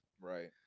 Right